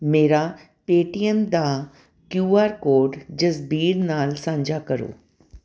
ਮੇਰਾ ਪੇਟੀਐੱਮ ਦਾ Q R code Jasbir ਨਾਲ ਸਾਂਝਾ ਕਰੋ